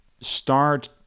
start